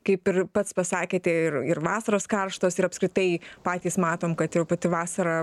kaip ir pats pasakėte ir ir vasaros karštos ir apskritai patys matom kad jau pati vasara